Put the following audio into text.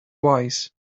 wise